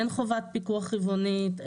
אין חובת פיקוח רבעונית,